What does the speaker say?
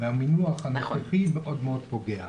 והמינוח הנוכחי מאוד פוגע.